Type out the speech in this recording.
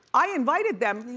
i invited them.